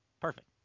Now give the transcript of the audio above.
Perfect